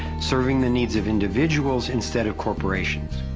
serving the needs of individuals instead of corporations.